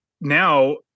now